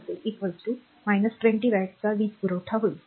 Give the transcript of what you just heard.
असेल तर 120 वॅटचा वीज पुरवठा होईल